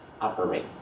operate